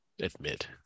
admit